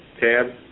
tab